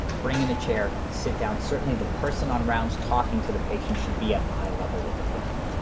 bring in a chair, sit down, certainly the person on rounds talking to the patient should be at eye level with the patient.